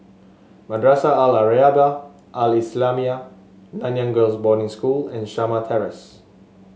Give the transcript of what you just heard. Madrasah Al Arabiah Al Islamiah Nanyang Girls' Boarding School and Shamah Terrace